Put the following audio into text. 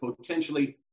potentially